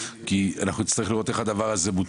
כי אנחנו נצטרך לראות איך הדבר הזה מוטמע